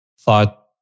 thought